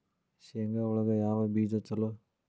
ಶೇಂಗಾ ಒಳಗ ಯಾವ ಬೇಜ ಛಲೋ?